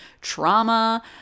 trauma